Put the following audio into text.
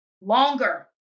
longer